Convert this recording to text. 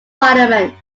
parliament